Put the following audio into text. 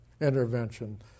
intervention